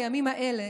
בימים האלה